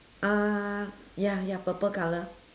uh ya ya purple colour